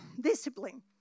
discipline